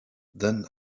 then